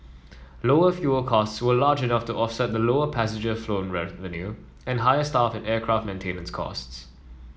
lower fuel costs were large enough to offset lower passenger flown revenue and higher staff and aircraft maintenance costs